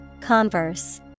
Converse